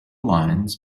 lines